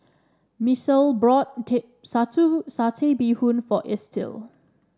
Misael brought Satay Bee Hoon for Estill